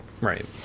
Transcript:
right